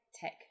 tech